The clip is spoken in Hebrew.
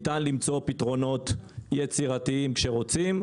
ניתן למצוא פתרונות יצירתיים כשרוצים,